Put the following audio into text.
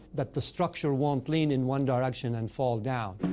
that the structure won't lean in one direction and fall down.